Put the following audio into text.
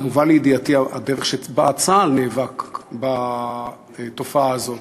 הובאה לידיעתי הדרך שבה צה"ל נאבק בתופעה הזו.